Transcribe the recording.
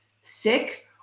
sick